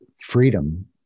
freedom